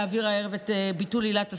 להעביר הערב את ביטול עילת הסבירות.